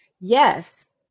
yes